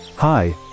Hi